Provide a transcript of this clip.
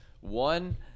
one